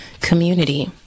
community